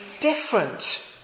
different